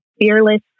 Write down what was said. fearless